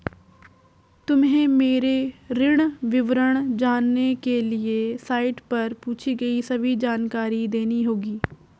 तुम्हें मेरे ऋण विवरण जानने के लिए साइट पर पूछी गई सभी जानकारी देनी होगी